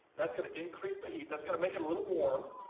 that's gonna increase the heat, that's gonna make it a little warm.